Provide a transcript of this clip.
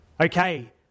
Okay